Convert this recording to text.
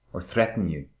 or threaten you